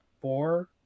four